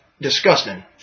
disgusting